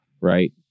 right